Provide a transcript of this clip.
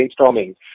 brainstorming